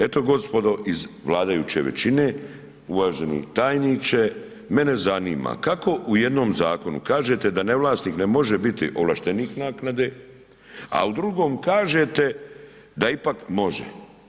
Eto gospodo iz vladajuće većine, uvaženi tajniče mene zanima kako u jednom zakonu kažete da ne vlasnik ne može biti ovlaštenik naknade a u drugom kažete da ipak može?